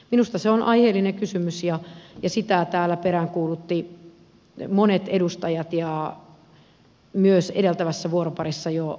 minusta se on aiheellinen kysymys ja sitä täällä peräänkuuluttivat monet edustajat ja myös edeltävässä vuoroparissa jo edustaja kerola